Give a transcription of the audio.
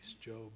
Job